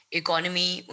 economy